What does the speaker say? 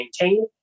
maintain